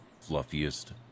fluffiest